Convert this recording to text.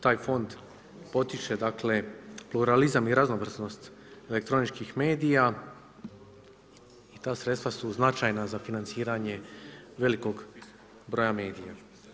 Taj fond potiče pluralizam i raznovrsnost elektroničkih medija i ta sredstva su značajna za financiranje velikog broja medija.